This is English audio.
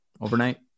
overnight